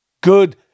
Good